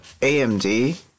AMD